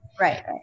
Right